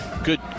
Good